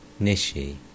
Nishi